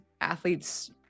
athletes